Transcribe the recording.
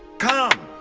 come!